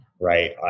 right